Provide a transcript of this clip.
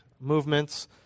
movements